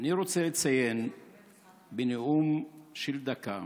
אני רוצה לציין בנאום של דקה